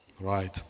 Right